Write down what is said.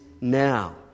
now